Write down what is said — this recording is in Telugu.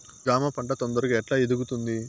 జామ పంట తొందరగా ఎట్లా ఎదుగుతుంది?